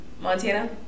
Montana